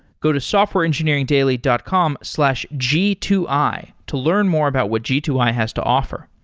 go to softwareengineeringdaily dot com slash g two i to learn more about what g two i has to offer.